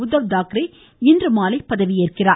உத்தவ் தாக்கரே இன்றுமாலை பதவி ஏற்கிறார்